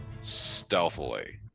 stealthily